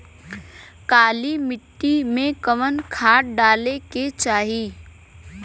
काली मिट्टी में कवन खाद डाले के चाही?